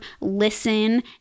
listen